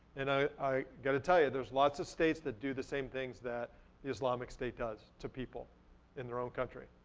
and i i gotta tell ya', there's lots of states that do the same things that the islamic state does to people in their own country.